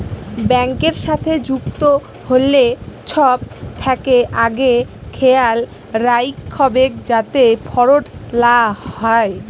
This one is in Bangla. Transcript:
ব্যাংকের সাথে যুক্ত হ্যলে ছব থ্যাকে আগে খেয়াল রাইখবেক যাতে ফরড লা হ্যয়